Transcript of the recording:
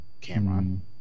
Cameron